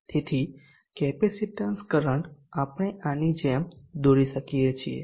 તેથી capacitance current આપણે આની જેમ દોરી શકીએ છીએ